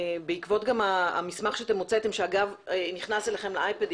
גם בעקבות המסמך שהוצאתם - שאגב נכנס אליכם לאיי-פד,